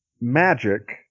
magic